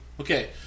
Okay